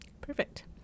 Perfect